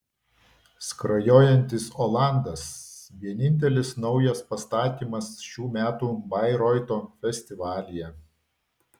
skrajojantis olandas vienintelis naujas pastatymas šių metų bairoito festivalyje